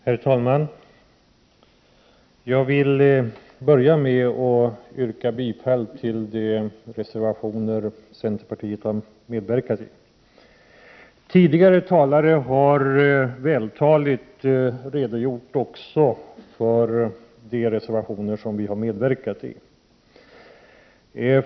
Herr talman! Jag vill börja med att yrka bifall till de reservationer centerpartiet har medverkat till. Tidigare talare har vältaligt redogjort också för de reservationerna.